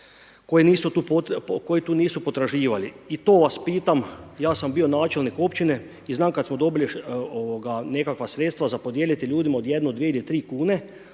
koji to nisu potraživali. I to vas pitam, ja sam bio načelnik Općine, znam kad smo dobili nekakva sredstva za podijeliti ljudima od jednu, dvije ili tri kune,